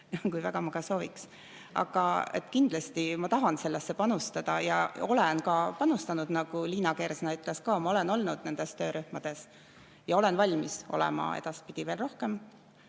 kui väga ma ka ei sooviks. Aga kindlasti ma tahan sellesse panustada ja olen ka panustanud, nagu Liina Kersna ütles ka. Ma olen olnud nendes töörühmades ja olen valmis olema edaspidi veel rohkem.